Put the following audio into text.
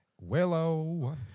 Willow